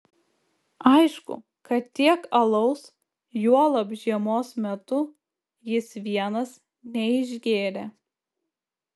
aišku kad tiek alaus juolab žiemos metu jis vienas neišgėrė